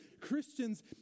Christians